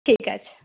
ঠিক আছে